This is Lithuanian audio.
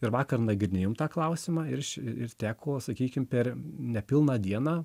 ir vakar nagrinėjom tą klausimą ir š ir teko sakykim per nepilną dieną